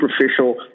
superficial